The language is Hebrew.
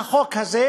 ומבחינת החוק הזה,